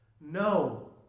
No